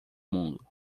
mundo